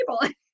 people